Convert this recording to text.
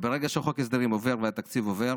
וברגע שחוק ההסדרים עובר והתקציב עובר